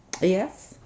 Yes